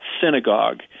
Synagogue